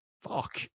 fuck